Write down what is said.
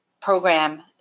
program